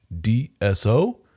DSO